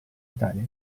italia